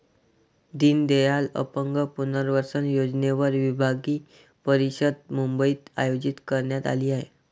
दीनदयाल अपंग पुनर्वसन योजनेवर विभागीय परिषद मुंबईत आयोजित करण्यात आली आहे